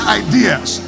ideas